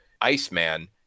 Iceman